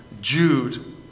Jude